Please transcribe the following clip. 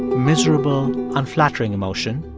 miserable, unflattering emotion,